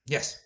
Yes